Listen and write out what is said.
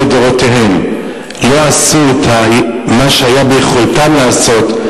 לדורותיהן לא עשו את מה שהיה ביכולתן לעשות,